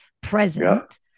present